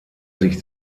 sich